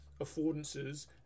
affordances